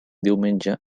diumenge